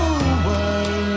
away